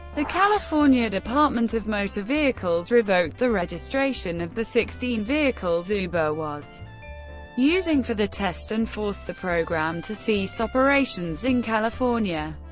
the california department of motor vehicles revoked the registration of the sixteen vehicles uber was using for the test and forced the program to cease operations in california.